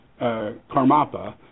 Karmapa